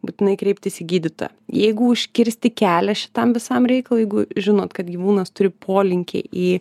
būtinai kreiptis į gydytoją jeigu užkirsti kelią šitam visam reikalui jeigu žinot kad gyvūnas turi polinkį į